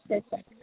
अच्छा अच्छा